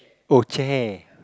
oh chair